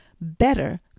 better